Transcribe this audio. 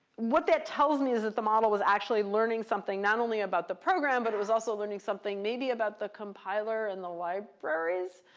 what that tells me is that the model was actually learning something not only about the program, but it was also learning something maybe about the compiler and the libraries.